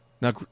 Now